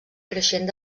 creixent